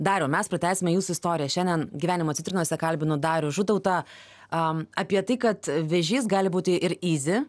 dariau mes pratęsime jūsų istoriją šiandien gyvenimo citrinose kalbinu darių žutautą a apie tai kad vėžys gali būti ir įzį